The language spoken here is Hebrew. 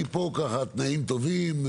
תנאים טובים,